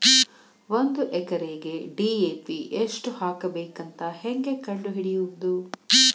ಒಂದು ಎಕರೆಗೆ ಡಿ.ಎ.ಪಿ ಎಷ್ಟು ಹಾಕಬೇಕಂತ ಹೆಂಗೆ ಕಂಡು ಹಿಡಿಯುವುದು?